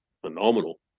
phenomenal